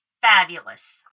fabulous